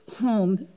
home